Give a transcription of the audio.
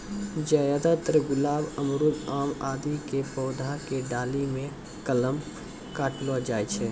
ज्यादातर गुलाब, अमरूद, आम आदि के पौधा के डाली मॅ कलम काटलो जाय छै